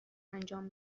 انجام